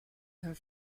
her